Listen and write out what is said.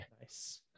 nice